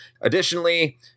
additionally